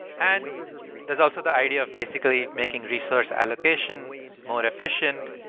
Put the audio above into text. and there's also the idea of basically making resource allocation more efficient.